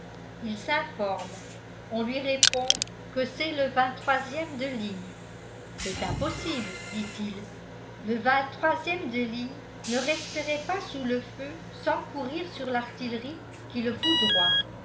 il s'informe on lui répond que c'est le ème de ligne c'est impossible dit-il le ème de ligne ne resterait pas sous le feu sans courir sur l'artillerie qui le